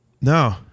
No